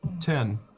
Ten